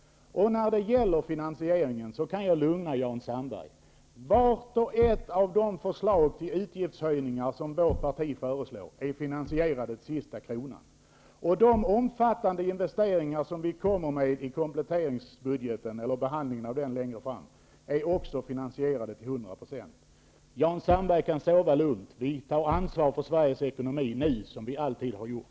När det gäller finansieringen kan jag lugna Jan Sandberg. Vart och ett av de förslag till utgiftshöjningar som vårt parti föreslår är finansierat till sista kronan. De omfattande investeringar som vi föreslår i samband med behandlingen av kompletteringsbudgeten längre fram är också finansierade till hundra procent. Jan Sandberg kan sova lugnt. Vi tar ansvar för Sveriges ekonomi, nu och som vi alltid har gjort.